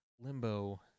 Limbo